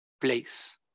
place